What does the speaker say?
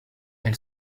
elle